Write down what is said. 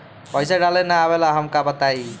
पईसा डाले ना आवेला हमका बताई?